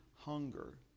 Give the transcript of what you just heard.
hunger